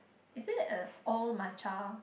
is it a all matcha